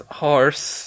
horse